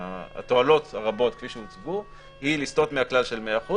והתועלות הרבות כפי שהוצגו היא לסטות מהכלל של 100%,